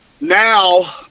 now